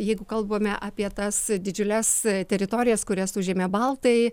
jeigu kalbame apie tas didžiules teritorijas kurias užėmė baltai